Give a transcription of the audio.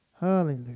Hallelujah